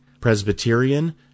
Presbyterian